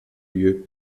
lieu